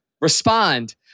respond